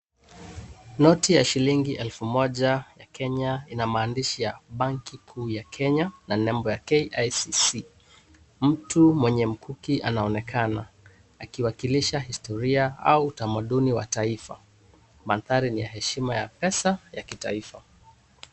Noti ya shilingi elfu moja ya Kenya inamaandishi ya banki kuu ya Kenya na nembo ya kicc. Mtu mwenye mkuki anaonekana akiwakilisha historia au utamaduni wa taifa. Maandhari ni ya heshima ya pesa ya kitaifa.